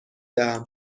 دهم